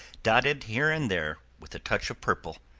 dotted here and there with a touch of purple,